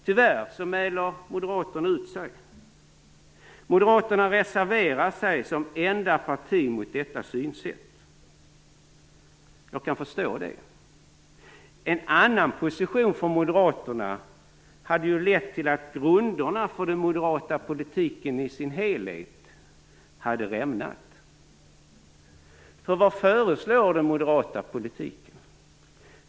Tyvärr mäler Moderaterna ut sig. De reserverar sig som enda parti mot detta synsätt. Jag kan förstå det. En annan position från Moderaterna hade ju lett till att grunderna för den moderata politiken i dess helhet hade rämnat. Vad föreslår då Moderaterna?